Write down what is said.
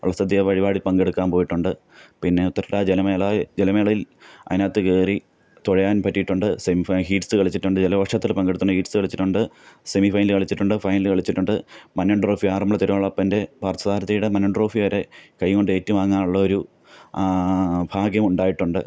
വള്ളസദ്യ പരിപാടിയിൽ പങ്കെടുക്കാൻ പോയിട്ടുണ്ട് പിന്നെ ഉത്രട്ടാതി ജലമേള ജലമേളയിൽ അതിനകത്ത് കയറി തുഴയാൻ പറ്റിയിട്ടുണ്ട് സെമിഫൈനൽ ഹീറ്റ്സ് കളിച്ചിട്ടുണ്ട് ജലവർഷത്തിൽ പങ്കെടുത്തിട്ടുണ്ട് ഹീറ്റ്സ് കളിച്ചിട്ടുണ്ട് സെമിഫൈനല് കളിച്ചിട്ടൊണ്ട് ഫൈനല് കളിച്ചിട്ടുണ്ട് മന്നം ട്രോഫി ആറന്മുള തിരുവള്ളപ്പൻ്റെ പാർത്ഥസാരഥിയുടെ മന്നം ട്രോഫി വരെ കൈകൊണ്ട് ഏറ്റുവാങ്ങാനുള്ളൊരു ഭാഗ്യം ഉണ്ടായിട്ടുണ്ട്